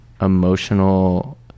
emotional